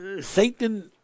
Satan